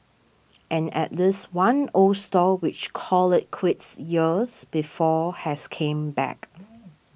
and at least one old stall which called it quits years before has came back